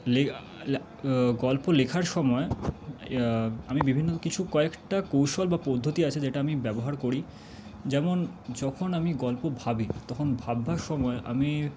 গল্প লেখার সময় আমি বিভিন্ন কিছু কয়েকটা কৌশল বা পদ্ধতি আছে যেটা আমি ব্যবহার করি যেমন যখন আমি গল্প ভাবি তখন ভাববার সময় আমি